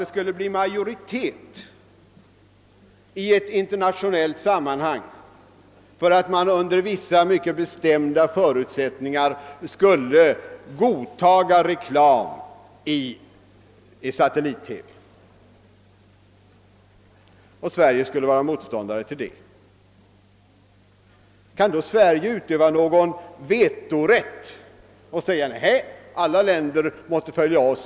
Låt oss anta att det i ett internationellt sammanhang skulle bli majoritet för att man under vissa mycket bestämda förutsättningar skulle godtaga reklam i satellit-TV och att Sverige skulle vara motståndare till detta. Kan då Sverige utöva någon vetorätt och säga: »Nej, alla länder måste följa oss.